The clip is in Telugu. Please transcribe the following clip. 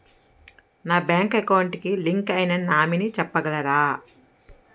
నా బ్యాంక్ అకౌంట్ కి లింక్ అయినా నామినీ చెప్పగలరా?